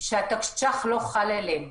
שהתקש"ח לא חל עליהם.